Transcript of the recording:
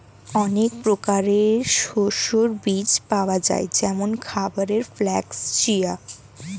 অনেক প্রকারের শস্যের বীজ পাওয়া যায় যেমন খাবারের ফ্লাক্স, চিয়া